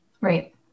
Right